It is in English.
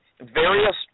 various